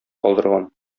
калдырган